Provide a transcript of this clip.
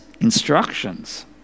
instructions